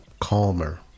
calmer